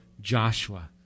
Joshua